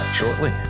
shortly